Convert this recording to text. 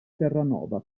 terranova